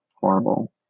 horrible